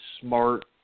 smart